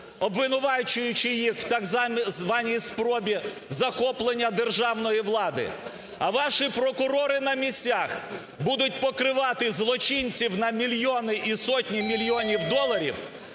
обвинувачуючи їх в так званій спробі захоплення державної влади, а ваші прокурори на місцях будуть покривати злочинців на мільйони і сотні мільйонів доларів,